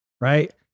Right